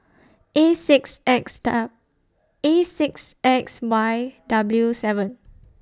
A six X Dal A six X Y W seven